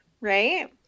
right